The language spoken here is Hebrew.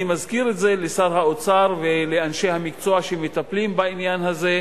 אני מזכיר את זה לשר האוצר ולאנשי המקצוע שמטפלים בעניין הזה,